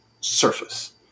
surface